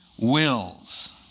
wills